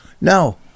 No